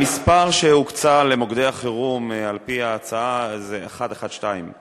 המספר שהוקצה למוקדי החירום על-פי ההצעה זה 112,